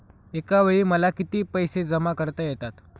एकावेळी मला किती पैसे जमा करता येतात?